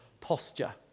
posture